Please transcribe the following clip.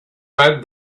read